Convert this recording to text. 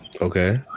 Okay